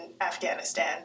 Afghanistan